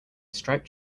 striped